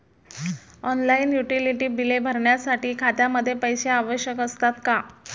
Online utility बिले भरण्यासाठी खात्यामध्ये पैसे आवश्यक असतात का?